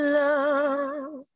love